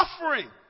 suffering